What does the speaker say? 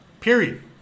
Period